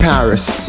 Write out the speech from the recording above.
Paris